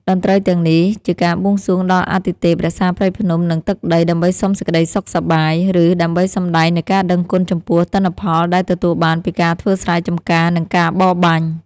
តន្ត្រីទាំងនេះ ជាការបួងសួងដល់អាទិទេពរក្សាព្រៃភ្នំ និងទឹកដី ដើម្បីសុំសេចក្តីសុខសប្បាយ ឬដើម្បីសម្តែងនូវការដឹងគុណចំពោះទិន្នផលដែលទទួលបានពីការធ្វើស្រែចម្ការ និងការបរបាញ់។